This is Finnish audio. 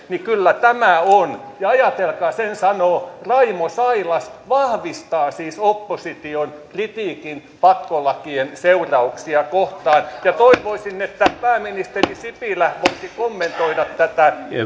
niin kyllä tämä on ja ajatelkaa sen sanoo raimo sailas vahvistaa siis opposition kritiikin pakkolakien seurauksia kohtaan toivoisin että pääministeri sipilä voisi kommentoida tätä